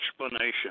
explanation